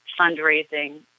fundraising